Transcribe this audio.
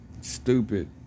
Stupid